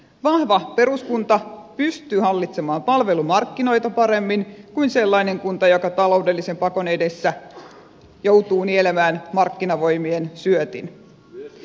vahva peruskunta pystyy hallitsemaan palvelumarkkinoita paremmin kuin sellainen kunta joka taloudellisen pakon edessä joutuu nielemään markkinavoimien syötin